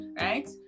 right